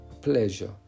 pleasure